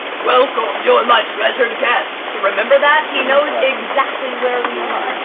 welcome, you're my treasured guests. remember that? he knows exactly where we are!